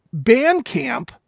Bandcamp